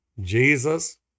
jesus